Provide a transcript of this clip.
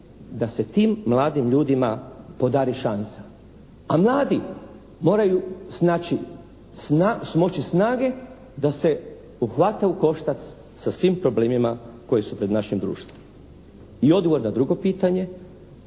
da se tim mladim ljudima podari šansa. A mladi moraju smoći snage da se uhvate u koštac sa svim problemima koji su pred našim društvom. I odgovor na drugo pitanje,